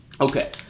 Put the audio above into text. Okay